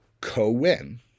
co-win